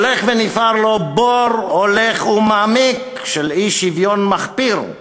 הולך ונפער לו בור הולך ומעמיק של אי-שוויון מחפיר,